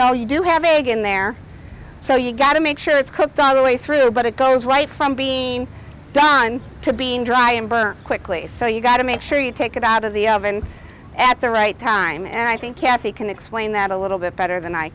know you do have a good in there so you've got to make sure it's cooked all the way through but it goes right from being done to being dry and burnt quickly so you've got to make sure you take it out of the oven at the right time and i think cathy can explain that a little bit better than i